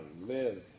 live